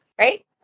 right